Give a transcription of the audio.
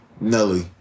Nelly